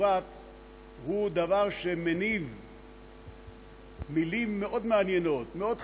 הוא דבר שמניב מילים מאוד מעניינות, מאוד חדשות.